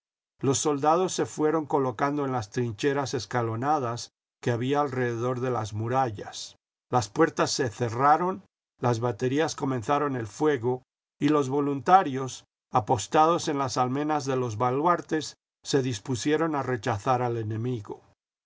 los soldados se fueron colocando en las trincheras escalonadas que había alrededor de las murallas las puertas se cerraron las baterías comenzaron el fuego y los voluntarios apostados en las almenas de los baluartes se dispusieron a rechazar al enemigo